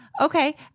Okay